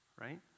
right